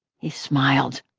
he smiled.